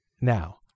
now